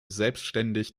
selbstständig